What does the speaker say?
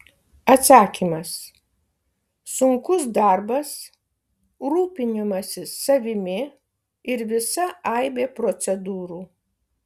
atsakymas sunkus darbas rūpinimasis savimi ir visa aibė procedūrų